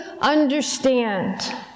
understand